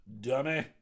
Dummy